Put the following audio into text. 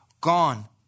Gone